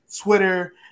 Twitter